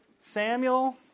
Samuel